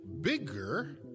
bigger